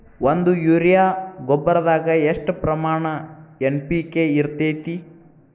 ಒಂದು ಯೂರಿಯಾ ಗೊಬ್ಬರದಾಗ್ ಎಷ್ಟ ಪ್ರಮಾಣ ಎನ್.ಪಿ.ಕೆ ಇರತೇತಿ?